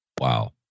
Wow